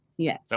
Yes